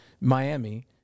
Miami